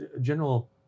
general